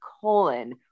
colon